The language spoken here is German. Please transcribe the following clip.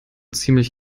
ziemlich